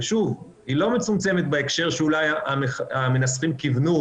היא לא מצומצמת בהקשר שאולי המנסחים כיוונו,